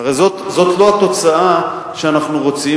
הרי זאת לא התוצאה שאנחנו רוצים.